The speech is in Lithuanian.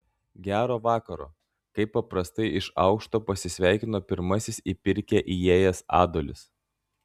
gero vakaro kaip paprastai iš aukšto pasisveikino pirmasis į pirkią įėjęs adolis